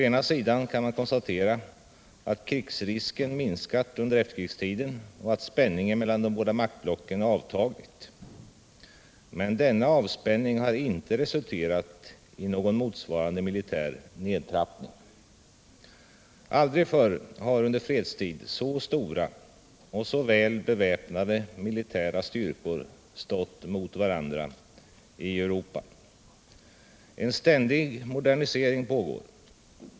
Man kan konstatera att krigsrisken minskat under efterkrigstiden och att spänningen mellan de båda maktblocken avtagit. Men denna avspänning har inte resulterat i någon motsvarande militär nedtrappning. Aldrig förr har under fredstid så stora och så väl beväpnade militära styrkor stått mot varandra i Europa. En ständig modernisering pågår.